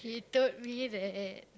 he told me that